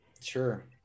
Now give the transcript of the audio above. Sure